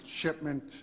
shipment